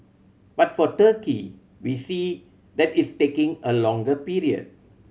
but for Turkey we see that it's taking a longer period